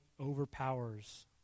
overpowers